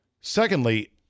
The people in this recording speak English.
Secondly